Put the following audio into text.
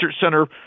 Center